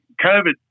COVID